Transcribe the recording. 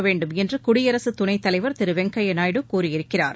வேண்டுமென்று குடியரசு துணைத் தலைவர் திரு வெங்கய்ய நாயுடு கூறியிருக்கிறார்